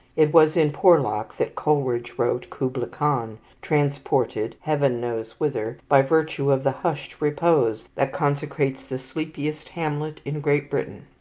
it was in porlock that coleridge wrote kubla khan, transported, heaven knows whither, by virtue of the hushed repose that consecrates the sleepiest hamlet in great britain.